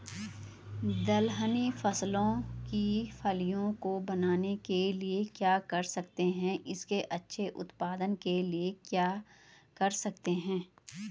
दलहनी फसलों की फलियों को बनने के लिए क्या कर सकते हैं इसके अच्छे उत्पादन के लिए क्या कर सकते हैं?